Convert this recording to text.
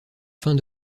fin